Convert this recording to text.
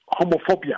homophobia